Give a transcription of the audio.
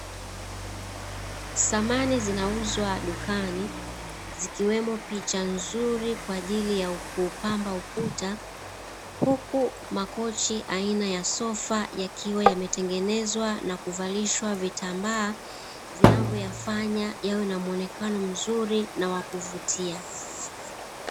Samani zinauzwa dukani zikiwemo picha nzuri za kupamba ukuta, huku makochi aina ya sofa yakiwa yametengenezwa na kuvalishwa vitambaa, vinavyoyafanya viwe na muonekano mzuri na wakuvutia.